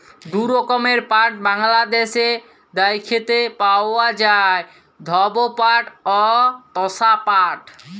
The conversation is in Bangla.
দু রকমের পাট বাংলাদ্যাশে দ্যাইখতে পাউয়া যায়, ধব পাট অ তসা পাট